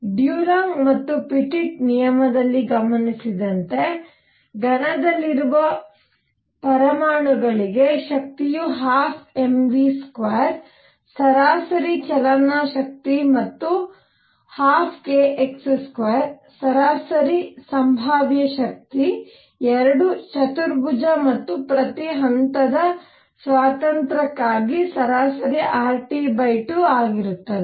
Dulong ಮತ್ತು Petit ನಿಯಮದಲ್ಲಿ ಗಮನಿಸಿದಂತೆ ಘನದಲ್ಲಿರುವ ಪರಮಾಣುಗಳಿಗೆ ಶಕ್ತಿಯು 12mv2 ಸರಾಸರಿ ಚಲನ ಶಕ್ತಿ ಮತ್ತು 12kx2 ಸರಾಸರಿ ಸಂಭಾವ್ಯ ಶಕ್ತಿ ಎರಡೂ ಚತುರ್ಭುಜ ಮತ್ತು ಪ್ರತಿ ಹಂತದ ಸ್ವಾತಂತ್ರ್ಯಕ್ಕಾಗಿ ಸರಾಸರಿ RT2 ಆಗಿರುತ್ತದೆ